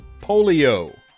polio